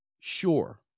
sure